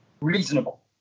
reasonable